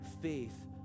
faith